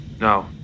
No